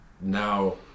now